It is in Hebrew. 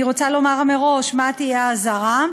אני רוצה לומר מראש מה תהיה האזהרה,